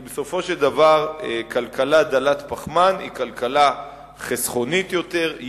כי בסופו של דבר כלכלה דלת-פחמן היא כלכלה חסכונית יותר,